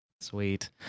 Sweet